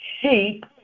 sheep